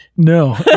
No